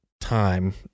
time